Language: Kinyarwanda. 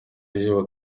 ejo